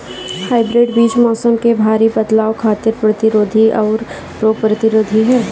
hybrid बीज मौसम में भारी बदलाव खातिर प्रतिरोधी आउर रोग प्रतिरोधी ह